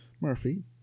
Murphy